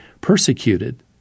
persecuted